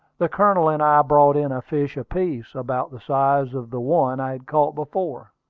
the colonel and i brought in a fish apiece, about the size of the one i had caught before.